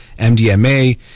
MDMA